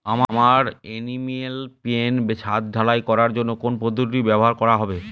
আমার animal pen ছাদ ঢালাই করার জন্য কোন পদ্ধতিটি ব্যবহার করা হবে?